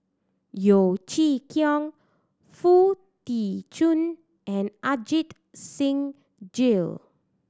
Yeo Chee Kiong Foo Tee Jun and Ajit Singh Gill